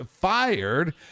fired